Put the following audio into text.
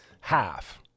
half